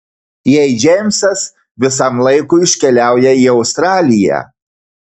jei džeimsas visam laikui iškeliauja į australiją